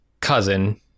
cousin